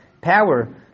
power